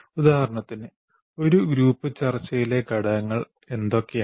ഉദാഹരണത്തിന് ഒരു ഗ്രൂപ്പ് ചർച്ചയിലെ ഘടകങ്ങൾ എന്തൊക്കെയാണ്